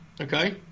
okay